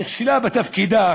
נכשלה בתפקידה,